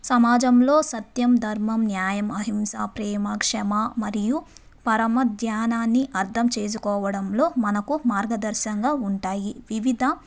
సమాజంలో సత్యం ధర్మం న్యాయం అహింస ప్రేమ క్షమ మరియు పరమ ధ్యానాన్ని అర్థం చేసుకోవడంలో మనకు మార్గదర్శకంగా ఉంటాయి వివిధ